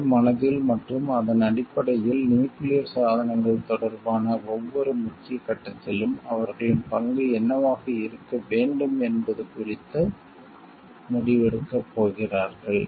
மக்கள் மனதில் மற்றும் அதன் அடிப்படையில் நியூக்கிளியர் சாதனங்கள் தொடர்பான ஒவ்வொரு முக்கிய கட்டத்திலும் அவர்களின் பங்கு என்னவாக இருக்க வேண்டும் என்பது குறித்து முடிவெடுக்கப் போகிறார்கள்